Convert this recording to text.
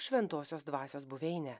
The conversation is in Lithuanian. šventosios dvasios buveinę